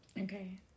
Okay